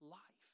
Life